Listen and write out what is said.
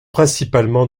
principalement